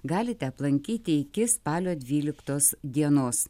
galite aplankyti iki spalio dvyliktos dienos